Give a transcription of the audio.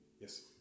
Yes